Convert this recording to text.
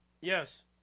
Yes